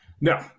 No